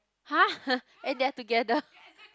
!huh! and they are together